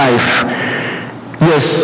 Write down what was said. Yes